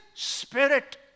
Spirit